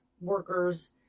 workers